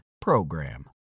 PROGRAM